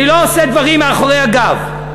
אני לא עושה דברים מאחורי הגב.